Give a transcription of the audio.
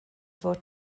fod